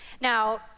Now